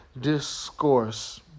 discourse